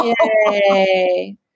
Yay